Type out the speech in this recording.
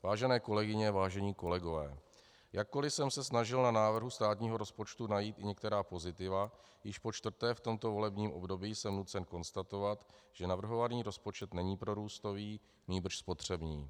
Vážené kolegyně, vážení kolegové, jakkoliv jsem se snažil na návrhu státního rozpočtu najít i některá pozitiva, již počtvrté v tomto volebním období jsem nucen konstatovat, že navrhovaný rozpočet není prorůstový, nýbrž spotřební.